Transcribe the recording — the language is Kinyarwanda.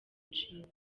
nshinga